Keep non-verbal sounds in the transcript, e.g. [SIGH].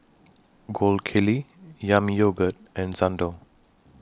[NOISE] Gold Kili Yami Yogurt and Xndo